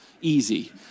easy